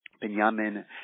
Benjamin